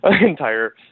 entire